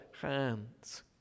hands